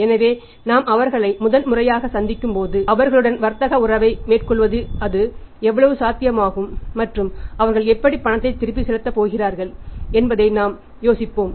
எனவே நாம் அவர்களை முதன்முறையாக சந்திக்கும்போது அவர்களுடன் வர்த்தக உறவை மேற்கொள்ளும்போதுஅது எவ்வளவு சாத்தியமாகும் மற்றும் அவர்கள் எப்படி பணத்தை திருப்பி செலுத்த போகிறார்கள் என்பதைத்தான் நாம் யோசிப்போம்